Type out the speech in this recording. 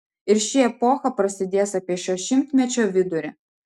ir ši epocha prasidės apie šio šimtmečio vidurį